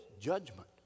Judgment